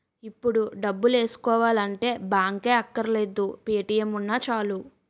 ఇప్పుడు డబ్బులేసుకోవాలంటే బాంకే అక్కర్లేదు పే.టి.ఎం ఉన్నా చాలు